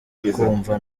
kumva